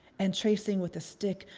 and tracing with a stick,